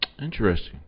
Interesting